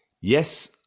yes